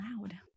loud